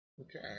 Okay